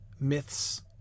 myths